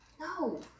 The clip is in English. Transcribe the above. No